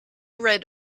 read